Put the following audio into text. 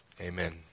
amen